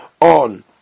on